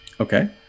Okay